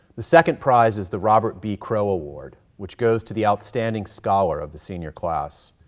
the second prize is the robert b. crow award, which goes to the outstanding scholar of the senior class.